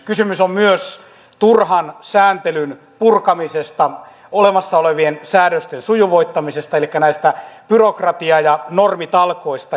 kysymys on myös turhan sääntelyn purkamisesta olemassa olevien säädösten sujuvoittamisesta elikkä näistä byrokratia ja normitalkoista